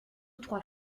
trois